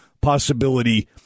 possibility